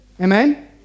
Amen